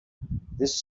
this